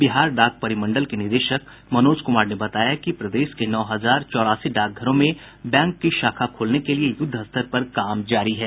बिहार डाक परिमंडल के निदेशक मनोज कुमार ने बताया कि प्रदेश के नौ हजार चौरासी डाकघरों में बैंक की शाखा खोलने के लिए युद्धस्तर पर काम जारी है